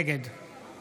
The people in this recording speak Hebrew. נגד